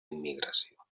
immigració